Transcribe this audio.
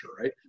right